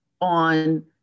on